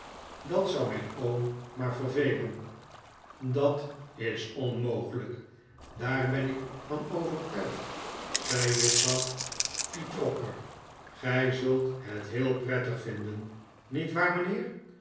dat zou mijn oom maar vervelen dat is onmogelijk daar ben ik van overtuigd zei juffrouw petowker gij zult het heel prettig vinden niet waar mijnheer